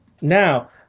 now